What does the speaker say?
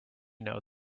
know